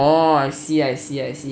oh I see I see I see